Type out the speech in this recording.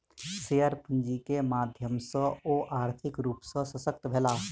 share पूंजी के माध्यम सॅ ओ आर्थिक रूप सॅ शशक्त भेला